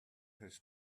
his